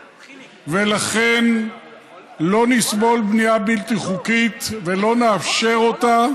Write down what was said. ולכן לא נסבול בנייה בלתי חוקית ולא נאפשר אותה.